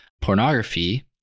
pornography